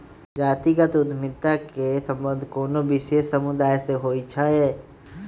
जातिगत उद्यमिता के संबंध कोनो विशेष समुदाय से होइ छै